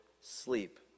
sleep